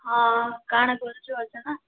ହଁ କା'ଣା କରୁଛ ଏଛେନ୍କା